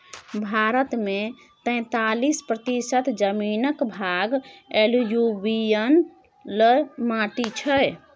भारत मे तैतालीस प्रतिशत जमीनक भाग एलुयुबियल माटि छै